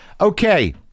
okay